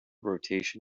rotation